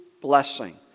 blessing